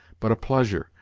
but a pleasure,